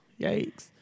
Yikes